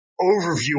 overview